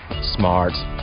smart